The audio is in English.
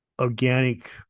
organic